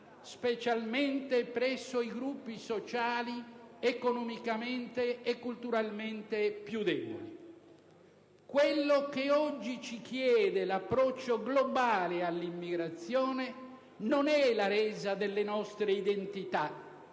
specialmente presso i gruppi sociali economicamente e culturalmente più deboli. Quello che oggi ci chiede l'approccio globale all'immigrazione non è la resa delle nostre identità,